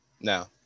No